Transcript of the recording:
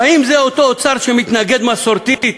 והאם זה אותו אוצר שמתנגד מסורתית